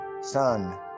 Son